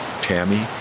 Tammy